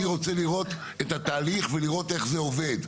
אני רוצה לראות את התהליך ולראות איך זה עובד.